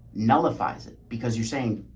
nullifies it. because you're saying,